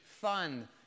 fun